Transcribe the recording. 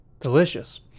delicious